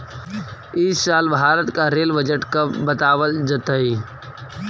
इस साल का भारत का रेल बजट कब बतावाल जतई